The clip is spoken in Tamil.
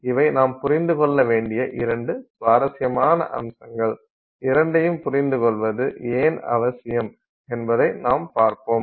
இவை நாம் புரிந்து கொள்ள வேண்டிய இரண்டு சுவாரஸ்யமான அம்சங்கள் இரண்டையும் புரிந்துகொள்வது ஏன் அவசியம் என்பதை நாம் பார்ப்போம்